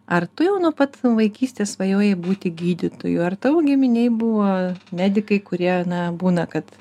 ar tu jau nuo pat vaikystės svajojai būti gydytoju ar tavo giminėj buvo medikai kurie na būna kad